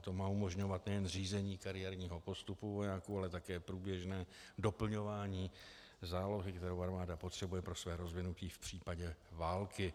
To má umožňovat nejen zřízení kariérního postupu vojáků, ale také průběžné doplňování zálohy, kterou armáda potřebuje pro své rozvinutí v případě války.